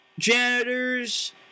Janitors